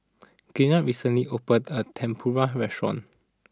Girtha recently opened a Tempura restaurant